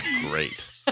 great